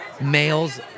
males